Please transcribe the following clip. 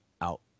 out